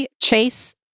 Chase